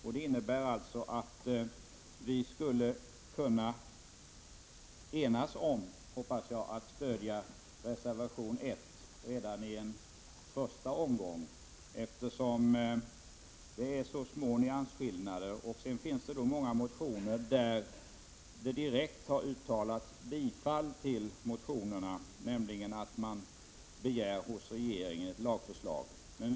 Det innebär att Margareta Winberg och övriga skulle kunna stödja reservation 1 redan i en första omgång, eftersom det är så små nyansskillnader mellan förslagen. Det finns många motioner där man direkt begär ett lagförslag av regeringen.